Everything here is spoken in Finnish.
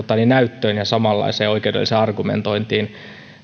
näyttöön ja samanlaiseen oikeudelliseen argumentointiin